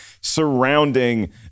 surrounding